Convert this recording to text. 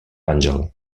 àngel